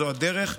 זו הדרך.